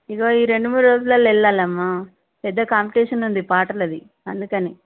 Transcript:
ఇదిగో ఈ రెండు మూడు రోజులలో వెళ్ళాలి అమ్మ పెద్ద కాంపిటీషన్ ఉంది పాటలది అందుకని